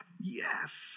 yes